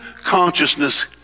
consciousness